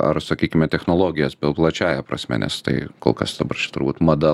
ar sakykime technologijas plačiąja prasme nes tai kol kas dabar čia turbūt mada